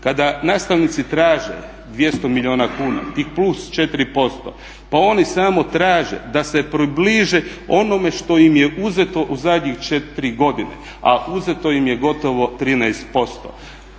Kada nastavnici traže 200 milijuna kuna, tih plus 4%, pa oni samo traže da se približe onome što im je uzeto u zadnjih 4 godine a uzeto im je gotovo 13%.